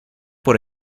por